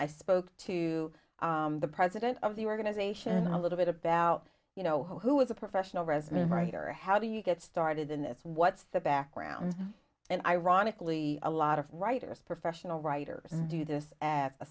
i spoke to the president of the organization a little bit about you know who is a professional resume writer how do you get started in this what's the background and ironically a lot of writers professional writers do this as a